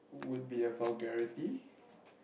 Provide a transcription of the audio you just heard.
with the vulgarity